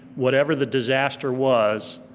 whatever the disaster was,